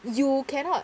you cannot